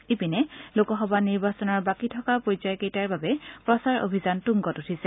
ইপিনে লোকসভা নিৰ্বাচনৰ বাকী থকা পৰ্যায় কেইটাৰ বাবে প্ৰচাৰ অভিযান তুংগত উঠিছে